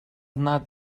not